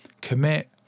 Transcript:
Commit